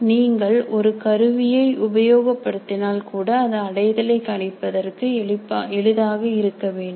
நீங்கள் ஒரு கருவியை உபயோகப்படுத்தினால் கூட அது அடைதலை கணிப்பதற்கு எளிதாக இருக்கவேண்டும்